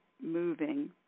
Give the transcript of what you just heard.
moving